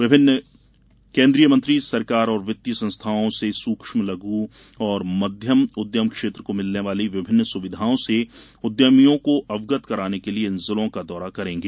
विभिन्न केन्द्रीय मंत्री सरकार और वित्तीय संस्थाओं से सूक्ष्म लघु और मध्यम उद्यम क्षेत्र को भिलने वाली विभिन्न सुविधाओं से उद्यमियों को अवगत कराने के लिये इन जिलों का दौरा करेंगे